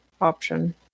option